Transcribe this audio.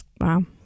Wow